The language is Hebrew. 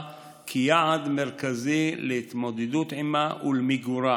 כיעד מרכזי להתמודדות עימה ולמיגורה.